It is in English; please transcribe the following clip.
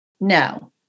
No